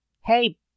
hey